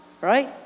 right